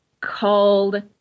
called